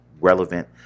relevant